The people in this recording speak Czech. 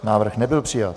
Návrh nebyl přijat.